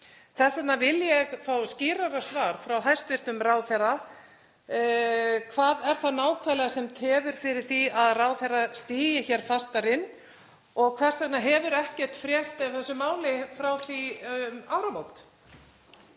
Þess vegna vil ég fá skýrara svar frá hæstv. ráðherra. Hvað er það nákvæmlega sem tefur fyrir því að ráðherra stígi hér fastar inn og hvers vegna hefur ekkert frést af þessu máli frá því um áramót?